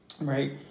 right